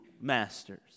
masters